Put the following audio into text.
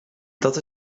dat